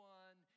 one